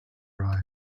ride